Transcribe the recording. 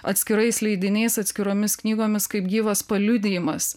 atskirais leidiniais atskiromis knygomis kaip gyvas paliudijimas